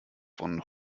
von